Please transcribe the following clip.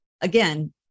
again